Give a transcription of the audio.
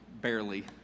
barely